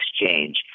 exchange